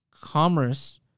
commerce